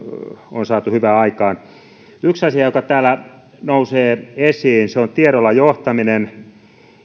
on saatu hyvää aikaan yksi asia joka täällä nousee esiin on tiedolla johtaminen